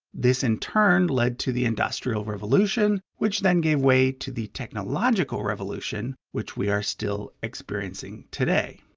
this in turn led to the industrial revolution, which then gave way to the technological revolution which we are still experiencing today.